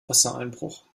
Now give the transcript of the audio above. wassereinbruch